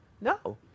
No